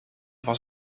was